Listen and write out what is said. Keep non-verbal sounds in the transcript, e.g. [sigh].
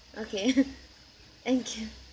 okay [noise] thank you